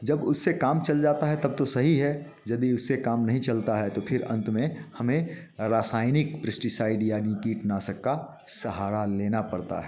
जब उससे काम चल जाता है तब तो सही है यदि उससे काम नहीं चलता है तो फिर अंत में हमें रासायनिक प्रिस्टिसाइड यानि कीटनाशक का सहारा लेना पड़ता है